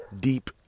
deep